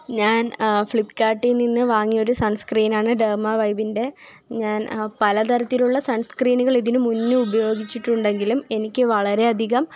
ഞാന് ഫ്ലിപ്പ് കാര്ട്ടില് നിന്ന് വാങ്ങിയൊരു സണ് സ്ക്രീനാണ് ടെര്മാ വൈബിന്റെ ഞാന് പല തരത്തിലുള്ള സണ് സ്ക്രീനുകള് ഇതിനു മുന്നേ ഉപയോഗിച്ചിട്ടുണ്ടെങ്കിലും എനിക്ക് വളരെയധികം